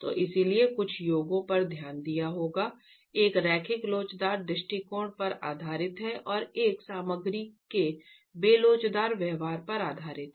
तो इसलिए कुछ योगों पर ध्यान दिया होगा एक रैखिक लोचदार दृष्टिकोण पर आधारित है और एक सामग्री के बेलोचदार व्यवहार पर आधारित है